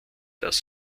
das